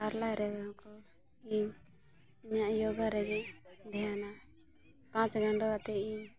ᱦᱟᱞᱟᱭ ᱨᱮᱦᱚᱸ ᱠᱚ ᱤᱧ ᱤᱧᱟᱹᱜ ᱡᱳᱜᱟ ᱨᱮᱜᱮ ᱫᱷᱮᱭᱟᱱᱟ ᱯᱟᱪ ᱜᱟᱱᱰᱚ ᱠᱟᱛᱮᱫ ᱤᱧ